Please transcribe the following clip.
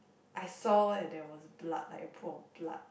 I saw that there was blood like a pool of blood